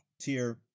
tier